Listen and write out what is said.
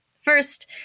first